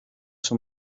son